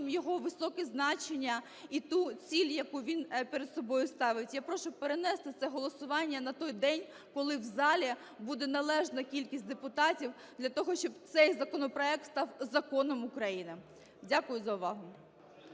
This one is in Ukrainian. його високе значення і ту ціль, яку він перед собою ставить. Я прошу перенести це голосування на той день, коли в залі буде належна кількість депутатів для того, щоб цей законопроект став законом України. Дякую за увагу.